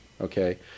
Okay